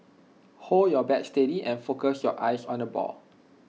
hold your bat steady and focus your eyes on the ball